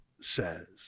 says